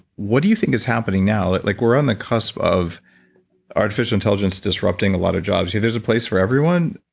what do you think is happening now? like we're on the cusp of artificial intelligence disrupting a lot of jobs. there's a place for everyone.